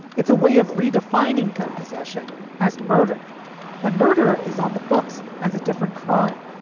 it's a way of redefining gun possession as murder and murder is on the books as a different crime